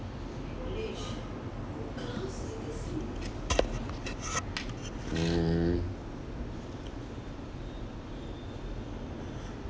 mm